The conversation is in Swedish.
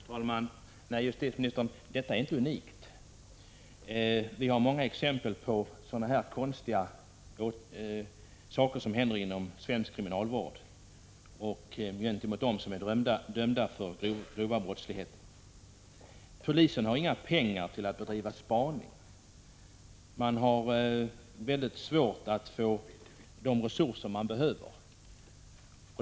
Fru talman! Nej, justitieministern, detta är inte någonting unikt. Vi har många exempel på konstiga saker som händer när det gäller svensk kriminalvård och dem som är dömda för grova brott. Polisen har inga pengar till att bedriva spaning. Man har väldigt svårt att få de resurser som behövs.